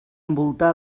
envoltar